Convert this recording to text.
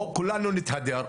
בואו כולנו נתהדר.